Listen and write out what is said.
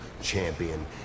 Champion